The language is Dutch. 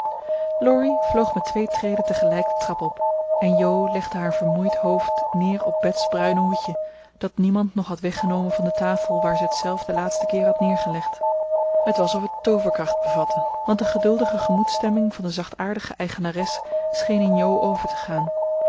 laurie vloog met twee treden tegelijk de trap op en jo legde haar vermoeid hoofd neer op bets bruine hoedje dat niemand nog had weggenomen van de tafel waar ze het zelf den laatsten keer had neergelegd het was of het tooverkracht bevatte want de geduldige gemoedsstemming van de zachtaardige eigenares scheen in jo over te gaan